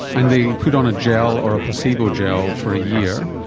and they put on a gel or a placebo gel for a year.